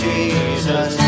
Jesus